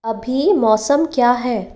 अभी मौसम क्या है